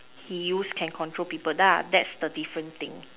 he use can control people tha~ that's the different thing